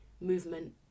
movement